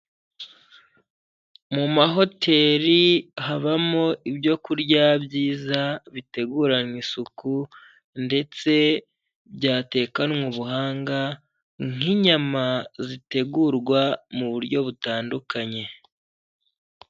Mu mahoteri habamo ibyo kurya byiza biteguranywe isuku ndetse byatekanwe ubuhanga nk'inyama zitegurwa mu buryo butandukanye.